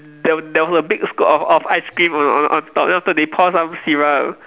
there there was a big scoop of of ice cream on on top then after that they pour some syrup